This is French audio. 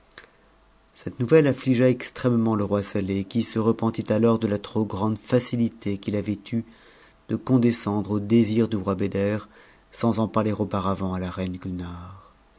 cette nouvelle affligea extrêmement le roi sa eh qui se repentit alors c a trop grande tacitité qu'il avait eue de condescendre au désir du roi beder sans en porter auparavant à la reine